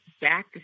back